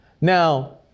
Now